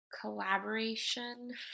collaboration